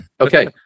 Okay